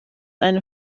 eine